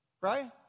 Right